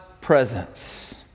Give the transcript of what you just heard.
presence